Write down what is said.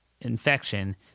infection